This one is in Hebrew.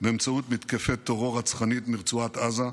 באמצעות מתקפת טרור רצחנית מרצועת עזה,